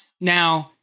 now